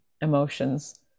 emotions